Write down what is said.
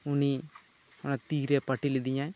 ᱩᱱᱤ ᱚᱱᱟ ᱛᱤ ᱨᱮ ᱯᱟᱹᱴᱤ ᱞᱤᱫᱤᱧᱟᱹᱭ